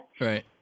Right